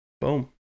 Boom